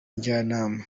njyanama